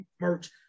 merch